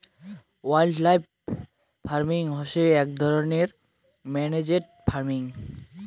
wildlife farming হসে আক ধরণের ম্যানেজড ফার্মিং